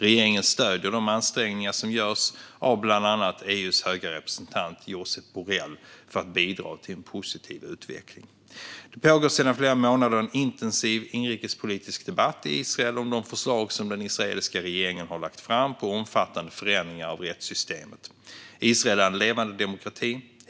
Regeringen stöder de ansträngningar som görs av bland annat EU:s höga representant, Josep Borrell, för att bidra till en positiv utveckling. Det pågår sedan flera månader en intensiv inrikespolitisk debatt i Israel om de förslag som den israeliska regeringen har lagt fram på omfattande förändringar av rättssystemet. Israel är en levande demokrati.